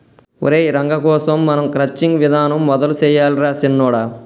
ఒరై రంగ కోసం మనం క్రచ్చింగ్ విధానం మొదలు సెయ్యాలి రా సిన్నొడా